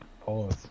Pause